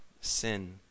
sin